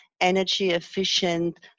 energy-efficient